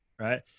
right